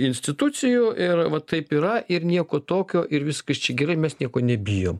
institucijų ir va taip yra ir nieko tokio ir viskas čia gerai mes nieko nebijom